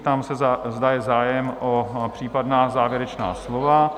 Ptám se, zda je zájem o případná závěrečná slova?